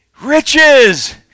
riches